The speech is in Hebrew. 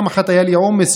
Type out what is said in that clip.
פעם אחת היה לי עומס,